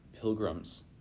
pilgrims